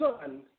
son